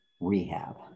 rehab